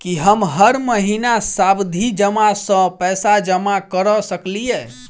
की हम हर महीना सावधि जमा सँ पैसा जमा करऽ सकलिये?